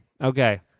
Okay